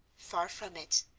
far from it,